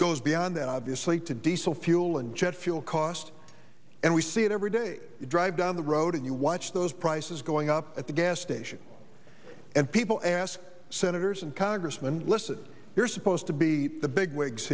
goes beyond that obviously to diesel fuel and jet fuel costs and we see it every day you drive down the road and you watch those prices going up at the gas station and people ask senators and congressmen listen you're supposed to be the bigwigs